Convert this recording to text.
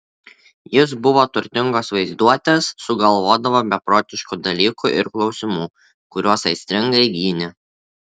jis buvo turtingos vaizduotės sugalvodavo beprotiškų dalykų ir klausimų kuriuos aistringai gynė